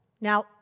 Now